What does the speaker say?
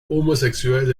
homosexuelle